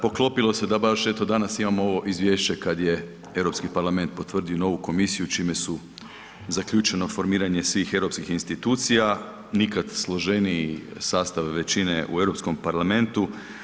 Poklopilo se da baš eto danas imamo ovo izvješće kad je Europski parlament potvrdio novu komisiju čime su zaključeno formiranje svih europskih institucija, nikad složeniji sastav većine u Europskom parlamentu.